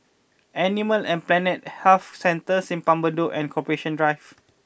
Animal and Plant Health Centre Simpang Bedok and Corporation Drive